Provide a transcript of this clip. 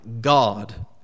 God